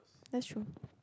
that's true